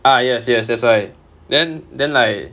ah yes yes that's why then then like